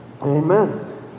Amen